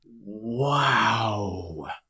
wow